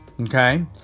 Okay